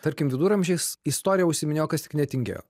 tarkim viduramžiais istorija užsiiminėjo kas tik netingėjo